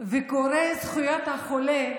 וקורא את זכויות החולה,